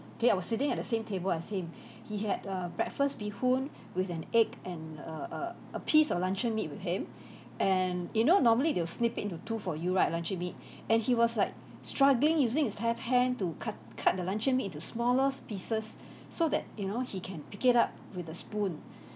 okay I was sitting at the same table as him he had err breakfast beehoon with an egg and err a a piece of luncheon meat with him and you know normally they'll snip it into two for you right luncheon meat and he was like struggling using his left hand to cut cut the luncheon meat into smaller pieces so that you know he can pick it up with a spoon